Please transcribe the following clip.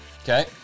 Okay